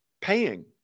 paying